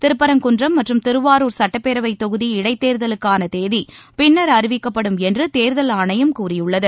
திருப்பரங்குன்றம் மற்றும் திருவாருர் சுட்டப்பேரவை தொகுதி இடைத்தேர்தலுக்கான தேதி பின்னர் அறிவிக்கப்படும் என்று தேர்தல் ஆணையம் கூறியுள்ளது